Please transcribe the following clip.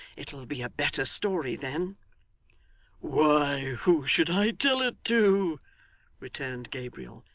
it'll be a better story then why who should i tell it to returned gabriel.